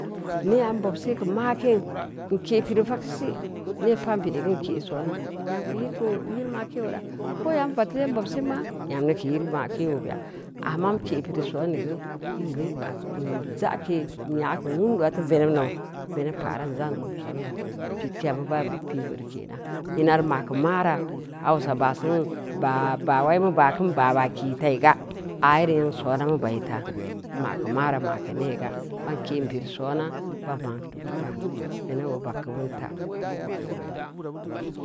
Nee n bob see keu maa kin, n ke’ pireu vagseu si, nee pa’n pireui geu n ke soona, nyam keu yil ma ke oora, ko yan vad teu dan bob sinma, nyam mi keu yil ma’keu wundua da veneb nou veneb pa’ ran za’n zong soonba, pidkeya bap id deu ke’na, ina reu ma’keu maara, hausa baa sinu, baa wei mu baa kin baa baa kii tai ga, ayere nyeng soona mu bai taa, ma’ keu maara ma’ keu neega, ban ke’n pireu soona, ban ma’n tu’geu taa, veneb oo bag geu boo ta.